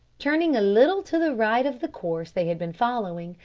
turning a little to the right of the course they had been following,